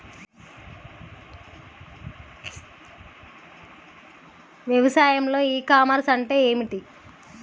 వ్యవసాయంలో e commerce అంటే ఏమిటి?